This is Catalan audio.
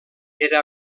era